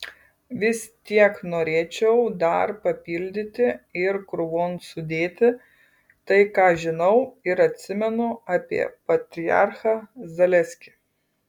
vis tiek norėčiau dar papildyti ir krūvon sudėti tai ką žinau ir atsimenu apie patriarchą zaleskį